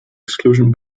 exclusion